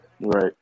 Right